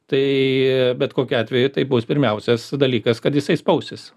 tai bet kokiu atveju tai bus pirmiausias dalykas kad jisai spausis